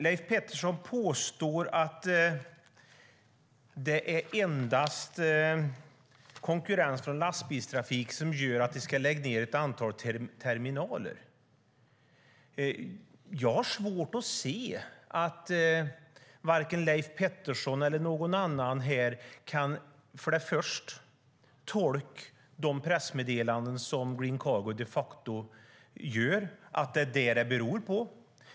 Leif Pettersson påstår att det endast är konkurrens från lastbilstrafik som gör att Green Cargo ska lägga ned ett antal terminaler. Jag har svårt att se hur Leif Pettersson eller någon annan här kan tolka de pressmeddelanden som Green Cargo de facto gör som att det beror på det.